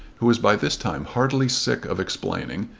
who was by this time heartily sick of explaining,